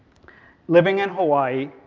living in hawaii,